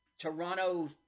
Toronto